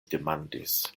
demandis